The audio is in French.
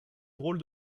drôle